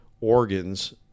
organs